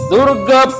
Durga